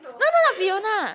no no not Fiona